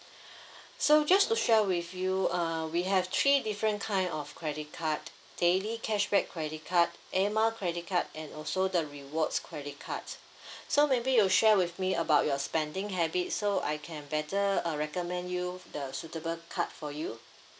so just to share with you err we have three different kind of credit card daily cashback credit card air mile credit card and also the rewards credit cards so maybe you share with me about your spending habits so I can better uh recommend you the suitable card for you